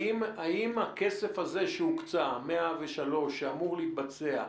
האם הכסף הזה שהוקצה, 103 מיליון, שאמור להתבצע,